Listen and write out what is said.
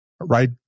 right